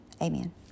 Amen